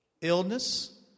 illness